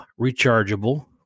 rechargeable